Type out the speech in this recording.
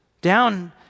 down